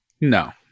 No